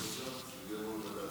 שזה יעבור לוועדת